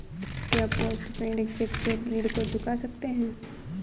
क्या post paid cheque से ऋण को चुका सकते हैं?